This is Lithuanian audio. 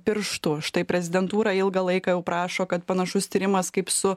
pirštu štai prezidentūra ilgą laiką jau prašo kad panašus tyrimas kaip su